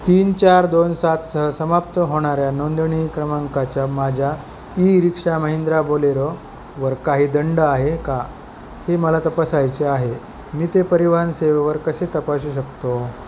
तीन चार दोन सात सह समाप्त होणाऱ्या नोंदणी क्रमांकाच्या माझ्या ई रिक्षा महिंद्रा बोलेरोवर काही दंड आहे का हे मला तपासायचे आहे मी ते परिवहन सेवेवर कसे तपासू शकतो